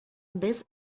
this